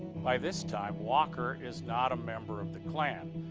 by this time, walker is not a member of the klan.